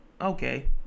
okay